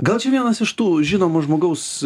gal čia vienas iš tų žinomų žmogaus